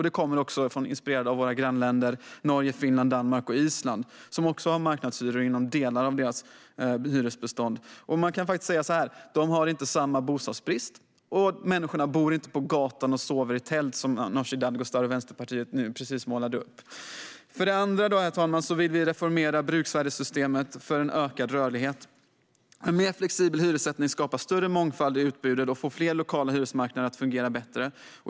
Detta är också inspirerat av våra grannländer Norge, Finland, Danmark och Island, som har marknadshyror i delar av sitt hyresbestånd. Man kan faktiskt säga så här: De har inte samma bostadsbrist, och människorna bor inte på gatan och sover inte i tält, som Nooshi Dadgostar och Vänsterpartiet precis målade upp. Herr talman! Det andra gäller att vi vill reformera bruksvärdessystemet för en ökad rörlighet. En mer flexibel hyressättning skapar större mångfald i utbudet och får fler lokala hyresmarknader att fungera bättre.